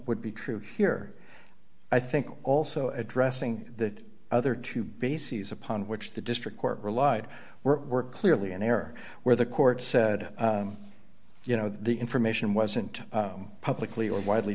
would be true here i think also addressing the other two bases upon which the district court relied were clearly an error where the court said you know the information wasn't publicly or widely